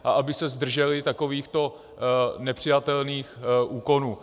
A aby se zdrželi takovýchto nepřijatelných úkonů.